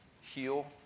heal